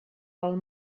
pel